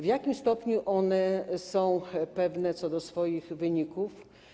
W jakim stopniu one są pewne co do swoich wyników?